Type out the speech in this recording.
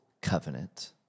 covenant